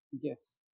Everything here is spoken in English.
Yes